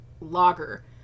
lager